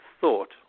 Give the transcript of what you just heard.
thought